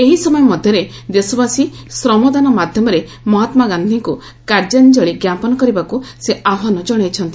ଏହି ସମୟ ମଧ୍ୟରେ ଦେଶବାସୀ ଶ୍ରମଦାନ ମାଧ୍ୟମରେ ମହାତ୍ଲାଗାନ୍ଧିଙ୍କୁ କାର୍ଯ୍ୟାଞ୍ଚଳି ଜ୍ଞାପନ କରିବାକୁ ସେ ଆହ୍ବାନ ଜଣାଇଛନ୍ତି